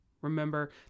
Remember